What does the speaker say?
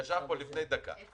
שישב פה לפני דקה.